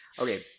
Okay